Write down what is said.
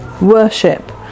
worship